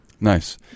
Nice